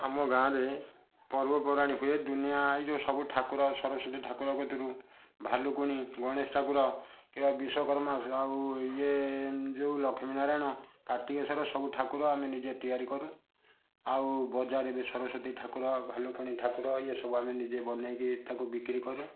ଆମ ଗାଁରେ ପର୍ବପର୍ବାଣୀ ହୁଏ ଦୁନିଆ ଏ ଯେଉଁ ସବୁ ଠାକୁର ସରସ୍ୱତୀ ଠାକୁର କତୁରୁ ଭାଲୁକୁଣି ଗଣେଶ ଠାକୁର କିମ୍ବା ବିଶ୍ୱକର୍ମା ଆଉ ଇଏ ଯେଉଁ ଲକ୍ଷ୍ମୀ ନାରାୟଣ କାର୍ତ୍ତିକେଶ୍ୱର ସବୁ ଠାକୁର ଆମେ ନିଜେ ତିଆରି କରୁ ଆଉ ବଜାରରେ ବି ସରସ୍ୱତୀ ଠାକୁର ଭାଲୁକୁଣି ଠାକୁର ଇଏ ସବୁ ଆମେ ନିଜେ ବନେଇକି ତାକୁ ବିକ୍ରୀ କରୁ